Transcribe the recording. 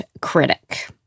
critic